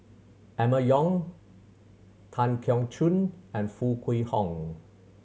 Emma Yong Tan Keong Choon and Foo Kwee Horng